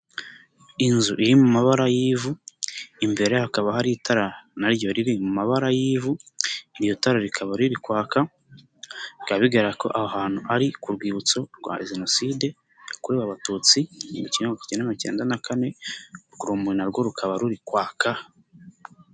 Inzu iri mu mabara y'ivu, imbere hakaba hari itara na ryo riri mu mabara y'ivu, iryo tara rikaba riri kwaka, bika bigaragara ko aho hantu ari ku rwibutso rwa Jenoside, yakorewe Abatutsi mu gihumbi kimwe magana cyenda mirongo ikenda na kane, urwo rumuri na rwo rukaba ruri kwaka.